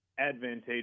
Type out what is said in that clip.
Advantageous